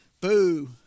Boo